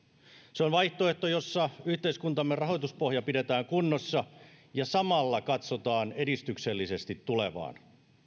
se on vaihtoehto jossa yhteiskuntamme rahoituspohja pidetään kunnossa ja samalla katsotaan edistyksellisesti tulevaan